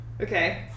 Okay